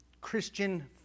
Christian